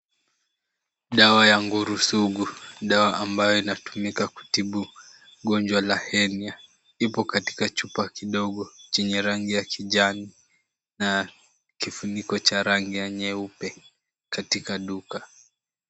Dawa ya Nguru sugu. Dawa ambayo inatumika kutibu gonjwa la henia .Ipo katika chupa kidogo chenye rangi ya kijani na kifuniko cha rangi ya nyeupe katika duka.